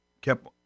kept